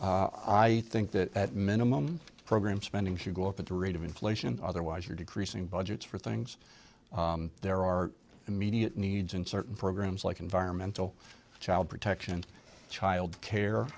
spending i think that at minimum program spending should go up at the rate of inflation otherwise you're decreasing budgets for things there are immediate needs in certain programs like environmental child protection child care